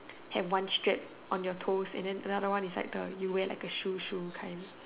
have one strap on your toes and then the other one is like the you wear like the shoe shoe kind